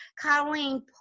Colleen